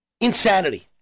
Insanity